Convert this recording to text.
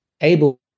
able